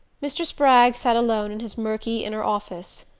mr. spragg sat alone in his murky inner office,